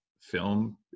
film